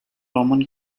roman